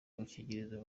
agakingirizo